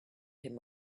him